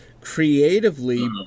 creatively